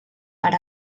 per